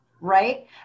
right